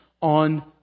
on